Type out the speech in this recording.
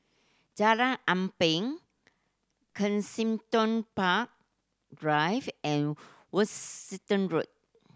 Jalan Ampang Kensington Park Drive and Worcester Road